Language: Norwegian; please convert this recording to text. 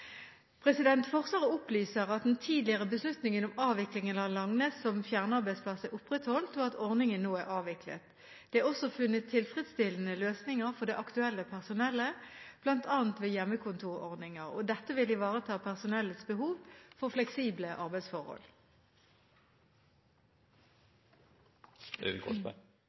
Forsvaret opplyser at den tidligere beslutningen om avviklingen av Langnes som fjernarbeidsplass er opprettholdt, og at ordningen nå er avviklet. Det er også funnet tilfredsstillende løsninger for det aktuelle personellet, bl.a. ved hjemmekontorordninger. Dette vil ivareta personellets behov for fleksible arbeidsforhold.